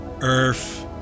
Earth